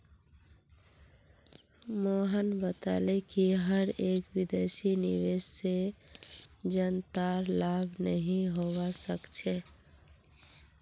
मोहन बताले कि हर एक विदेशी निवेश से जनतार लाभ नहीं होवा सक्छे